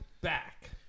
back